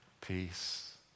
Peace